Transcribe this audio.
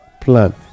plan